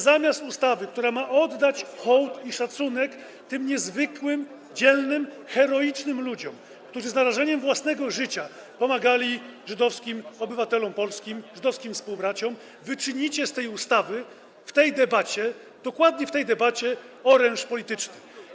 Zamiast ustawy, która ma oddać hołd i szacunek tym niezwykłym, dzielnym, heroicznym ludziom, którzy z narażeniem własnego życia pomagali żydowskim obywatelom polskim, żydowskim współbraciom, wy w tej debacie, dokładnie w tej debacie robicie z tej ustawy oręż polityczny.